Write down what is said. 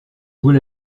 vous